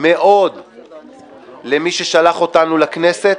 מאוד למי ששלח אותנו לכנסת